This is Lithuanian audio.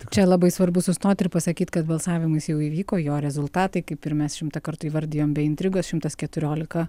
čia labai svarbu sustot ir pasakyt kad balsavimas jau įvyko jo rezultatai kaip ir mes šimtą kartų įvardijom be intrigos šimtas keturiolika